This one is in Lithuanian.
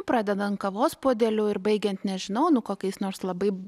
pradedant kavos puodeliu ir baigiant nežinau nu kokiais nors labai